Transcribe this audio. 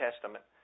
Testament